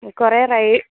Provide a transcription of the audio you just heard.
കുറേ നേരമായി